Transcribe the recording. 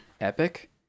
Epic